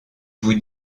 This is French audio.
vous